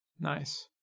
Nice